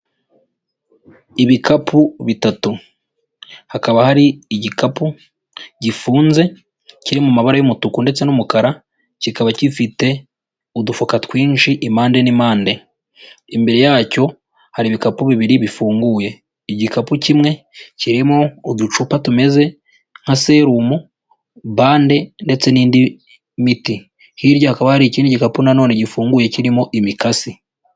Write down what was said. Ibikapu bitatu, hakaba hari igikapu gifunze kiri mu mabara y'umutuku ndetse n'umukara, kikaba gifite udufuka twinshi impande n'impande, imbere yacyo hari ibikapu bibiri bifunguye, igikapu kimwe kirimo uducupa tumeze nka serumo, bande ndetse n'indi miti, hirya hakaba hari ikindi gikapu nanone gifunguye kirimo imikasi.